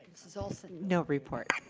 mrs. olson. no report.